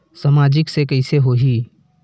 सामाजिक से कइसे होही?